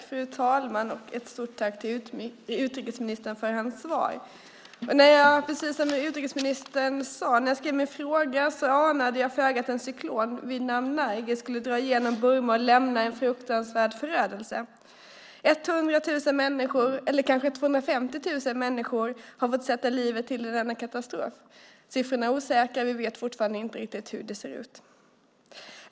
Fru talman! Ett stort tack till utrikesministern för hans svar. När jag skrev min interpellation anade jag föga, precis som utrikesministern sade, att en cyklon vid namn Nargis skulle dra genom Burma och lämna en fruktansvärd förödelse. 100 000, eller kanske 250 000, människor har fått sätta livet till i denna katastrof. Siffrorna är osäkra, och vi vet fortfarande inte riktigt hur det ser ut.